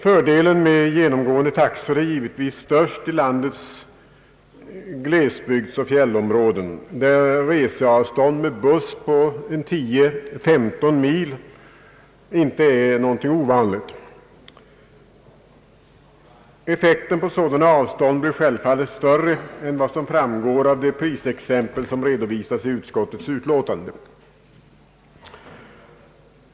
Fördelen med genomgående taxor är givetvis störst i landets glesbygdsoch fjällområden där reseavstånd med buss på 10—135 mil inte är någonting ovanligt. Effekten på sådana avstånd blir självfallet större än vad som framgår av de prisexempel som redovisas i utskottsutlåtandet.